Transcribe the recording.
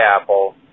Apple